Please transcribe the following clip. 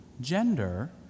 gender